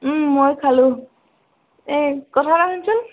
মই খালোঁ এই কথা এটা শুনচোন